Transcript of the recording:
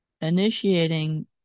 initiating